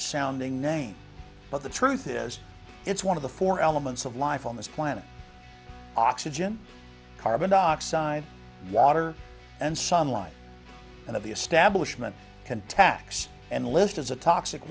sounding name but the truth is it's one of the four elements of life on this planet oxygen carbon dioxide water and sunlight and of the establishment can tax and list as a toxic